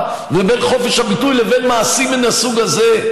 וחופש הביטוי לבין מעשים מן הסוג הזה.